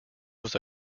was